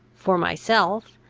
for myself,